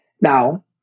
Now